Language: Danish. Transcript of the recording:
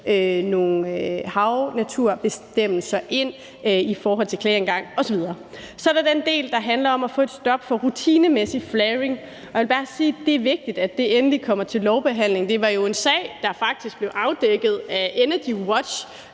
havnaturbestemmelser i forhold til klageadgang osv. ind. Så er der den del, der handler om at få et stop for rutinemæssig flaring. Jeg vil bare sige, at det er vigtigt, at det endelig kommer til lovbehandling. Det var jo en sag, der faktisk blev afdækket af EnergiWatch